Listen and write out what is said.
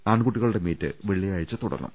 ആൺകുട്ടികളുടെ മീറ്റ് വെള്ളിയാഴ്ച തുടങ്ങും